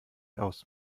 aus